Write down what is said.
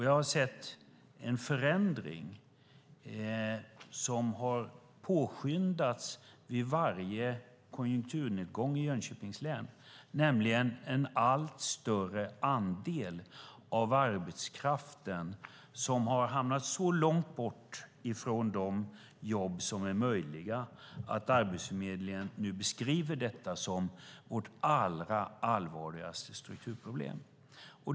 Jag har sett en förändring som har påskyndats vid varje konjunkturnedgång i Jönköpings län, nämligen en allt större andel av arbetskraften som har hamnat så långt bort från de jobb som är möjliga att Arbetsförmedlingen nu beskriver detta som vårt allra allvarligaste strukturproblem.